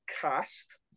Cast